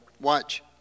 watch